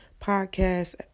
Podcast